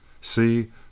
See